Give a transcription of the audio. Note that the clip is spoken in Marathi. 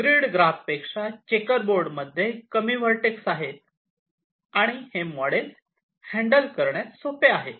ग्रीड ग्राफ पेक्षा चेकर बोर्ड मध्ये कमी व्हर्टेक्स आहेत आणि हे मॉडेल हँडल करण्यास सोपे आहे